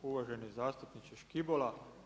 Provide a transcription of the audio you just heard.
Uvaženi zastupniče Škibola.